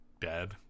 dead